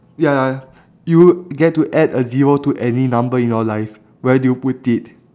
ya you get to add a zero to any number in your life where do you put it